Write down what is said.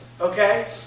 okay